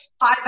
five